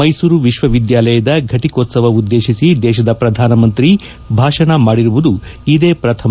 ಮೈಸೂರು ವಿಶ್ವವಿದ್ಯಾನಿಲಯದ ಘಟಕೋತ್ಸವ ಉದ್ದೇತಿಸಿ ದೇಶದ ಶ್ರಧಾನಮಂತ್ರಿ ಭಾಷಣ ಮಾಡಿರುವುದು ಇದೇ ಶ್ರಥಮ